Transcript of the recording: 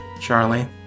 Charlie